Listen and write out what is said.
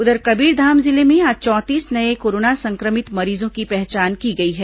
उधर कबीरधाम जिले में आज चौंतीस नये कोरोना संक्रमित मरीजों की पहचान की गई है